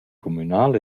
cumünal